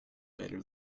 better